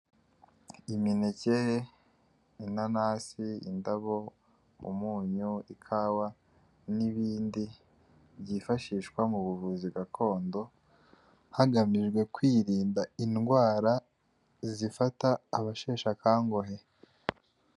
Imineke, inanasi, indabo, umunyu, ikawa n'ibindi; byifashishwa mu buvuzi gakondo; hagamijwe kwirinda indwara zifata abasheshe akanguhe.